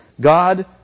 God